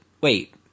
wait